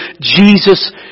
Jesus